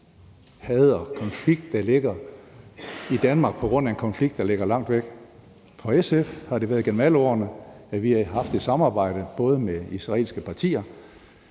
had og konflikt, der er i Danmark på grund af en konflikt, der ligger langt væk. For SF har det gennem alle årene været sådan, at vi har haft et samarbejde både med israelske partier